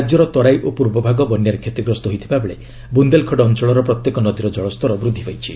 ରାଜ୍ୟର ତରାଇ ଓ ପୂର୍ବ ଭାଗ ବନ୍ୟାରେ କ୍ଷତିଗ୍ରସ୍ତ ହୋଇଥିବା ବେଳେ ବୁନ୍ଦେଲଖଣ୍ଡ ଅଞ୍ଚଳର ପ୍ରତ୍ୟେକ ନଦୀର ଜଳସ୍ତର ବୃଦ୍ଧି ପାଇଛି